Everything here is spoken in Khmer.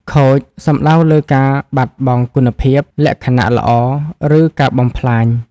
ខូច សំដៅលើការបាត់បង់គុណភាព លក្ខណៈល្អ ឬការបំផ្លាញ។